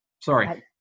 sorry